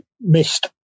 missed